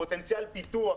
פוטנציאל הפיתוח,